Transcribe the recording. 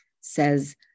says